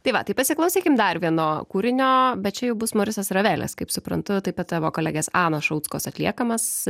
tai va tai pasiklausykim dar vieno kūrinio bet čia jau bus morisas ravelis kaip suprantu taip pat tavo kolegės anos šulckos atliekamas